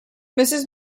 mrs